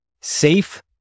safe